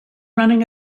running